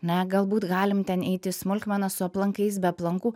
ne galbūt galim ten eiti į smulkmenas su aplankais be aplankų